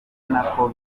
nako